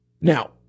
Now